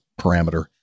parameter